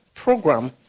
program